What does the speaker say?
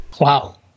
Wow